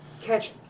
catch